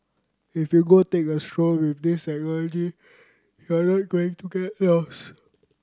if you go take a stroll with this technology you're not going to get lost